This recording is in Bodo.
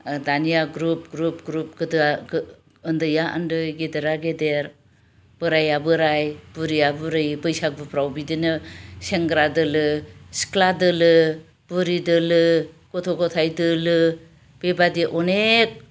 दानिया ग्रुप ग्रुप ग्रुप गोदो उन्दैया उन्दै गेदेरा गेदेर बोराया बोराय बुरैया बुरै बैसागुफोराव बिदिनो सेंग्रा दोलो सिख्ला दोलो बुरि दोलो गथ' गथाय दोलो बेबादि अनेख